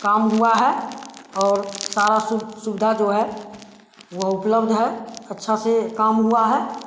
काम हुआ है और सारा सु सुविधा जो है वो उपलब्ध है अच्छा से काम हुआ है